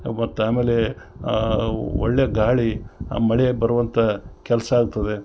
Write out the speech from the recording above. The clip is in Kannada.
ಮತ್ತು ಆಮೇಲೇ ಒಳ್ಳೇ ಗಾಳಿ ಆ ಮಳೆ ಬರುವಂಥ ಕೆಲಸ ಆಗ್ತದೆ